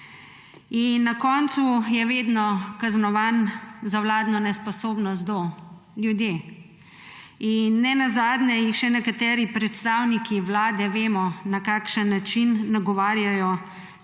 na koncu vedno kaznovan za vladno nesposobnost? Ljudje. In nenazadnje še nekateri predstavniki Vlade, vemo, na kakšen način, nagovarjajo